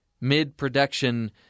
mid-production